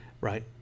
right